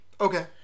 Okay